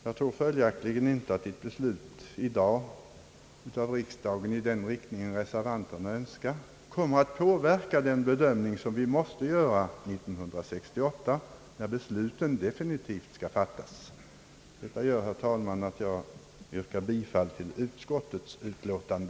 Jag tror följaktligen inte att ett riksdagsbeslut nu i den riktning reservanterna önskar kommer att påverka den bedömning som vi måste göra 1968, när besluten definitivt skall fattas. Det gör, herr talman, att jag yrkar bifall till utskottets utlåtande.